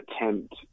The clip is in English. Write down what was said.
attempt